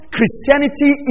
Christianity